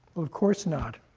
of course not.